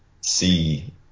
see